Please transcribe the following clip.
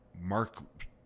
Mark